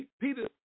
Peter